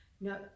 no